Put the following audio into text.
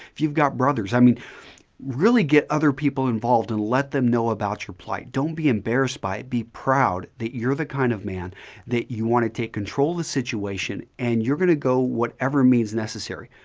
if you've got brothers. i mean really get other people involved and let them know about your plight. don't be embarrassed by it. be proud that you're the kind of man that you want to take control of the situation and you're going to go whatever means necessary.